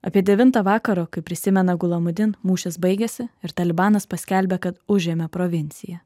apie devintą vakaro kaip prisimena gulamudin mūšis baigėsi ir talibanas paskelbė kad užėmė provinciją